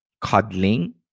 cuddling